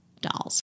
dolls